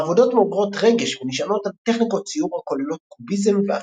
העבודות מעוררות רגש ונשענות על טכניקות ציור הכוללות קוביזם והפשטה.